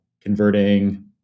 converting